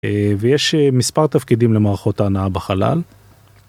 ויש מספר תפקידים למערכות ההנעה בחלל.